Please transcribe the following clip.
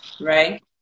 right